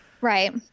right